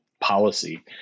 policy